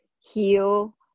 heal